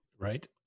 Right